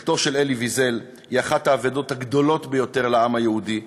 לכתו של אלי ויזל הוא אחת האבדות הגדולות ביותר לעם היהודי,